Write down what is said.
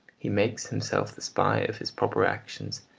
he makes himself the spy of his proper actions,